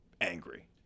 angry